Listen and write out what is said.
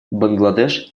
бангладеш